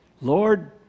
Lord